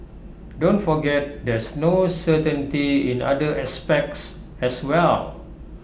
don't forget there's no certainty in other aspects as well